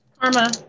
Karma